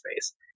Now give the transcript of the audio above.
space